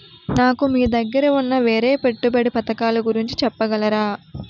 నాకు మీ దగ్గర ఉన్న వేరే పెట్టుబడి పథకాలుగురించి చెప్పగలరా?